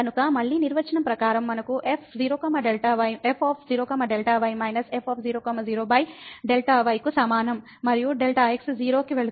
కాబట్టి మళ్ళీ నిర్వచనం ప్రకారం మనకు f 0 Δy − f 0 0 Δy కు సమానం మరియు Δx 0 కి వెళుతుంది